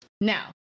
Now